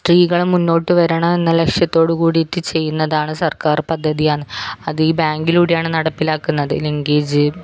സ്ത്രീകൾ മുന്നോട്ടു വരണം എന്നുള്ള ലക്ഷ്യത്തോടു കൂടീട്ട് ചെയ്യുന്നതാണ് സർക്കാർ പദ്ധതിയാന്ന് അത് ഈ ബാങ്കിലൂടെയാണ് നടപ്പിലാക്കുന്നത് ലിങ്കേജ്